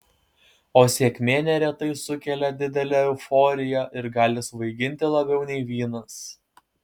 o sėkmė neretai sukelia didelę euforiją ir gali svaiginti labiau nei vynas